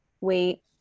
wait